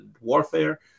warfare